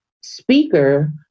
speaker